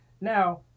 Now